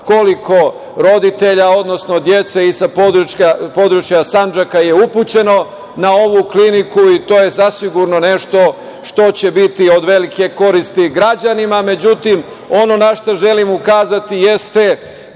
koliko roditelja, odnosno dece i sa područja Sandžaka je upućeno na ovu kliniku i to je zasigurno nešto što će biti od velike koristi građanima.Međutim, ono na šta želim ukazati jeste